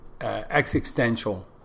existential